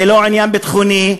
זה לא עניין ביטחוני.